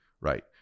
right